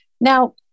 Now